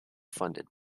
funded